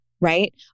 right